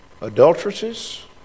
adulteresses